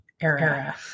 era